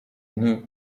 nti